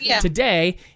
today